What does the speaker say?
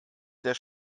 der